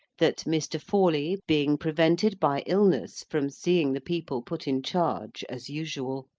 that mr. forley being prevented by illness from seeing the people put in charge as usual,